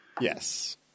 yes